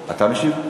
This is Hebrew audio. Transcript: משיב?